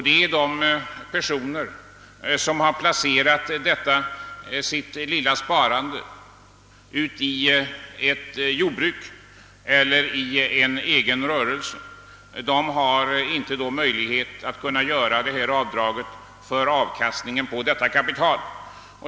Det är sådana personer som placerat sitt lilla sparkapital i ett jordbruk eller i en egen rörelse. De har då inte möjlighet att göra avdrag för avkastningen på detta kapital.